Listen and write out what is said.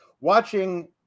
watching